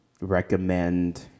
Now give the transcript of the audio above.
Recommend